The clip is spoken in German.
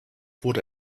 wurde